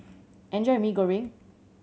enjoy Mee Goreng